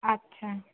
আচ্ছা